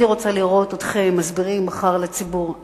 אני רוצה לראות אתכם מסבירים מחר לציבור.